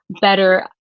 better